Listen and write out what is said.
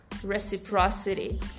reciprocity